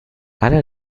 alle